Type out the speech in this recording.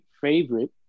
favorite